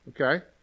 okay